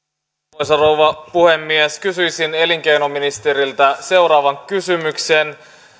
arvoisa rouva puhemies kysyisin elinkeinoministeriltä seuraavan kysymyksen